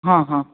હાં હાં